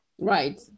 Right